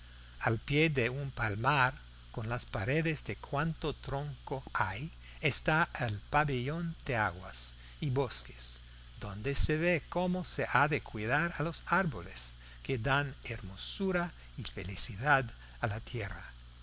al pie de un palmar con las paredes de cuanto tronco hay está el pabellón de aguas y bosques donde se ve cómo se ha de cuidar a los árboles que dan hermosura y felicidad a la tierra